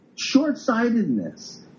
Short-sightedness